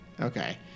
Okay